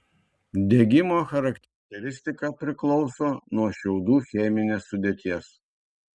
degimo charakteristika priklauso nuo šiaudų cheminės sudėties